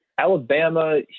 Alabama